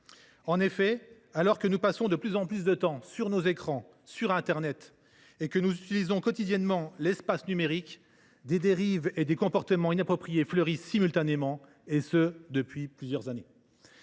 le (DGA). Alors que nous passons de plus en plus de temps sur nos écrans et sur internet, et que nous évoluons quotidiennement dans l’espace numérique, des dérives et des comportements inappropriés fleurissent simultanément depuis plusieurs années.